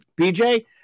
BJ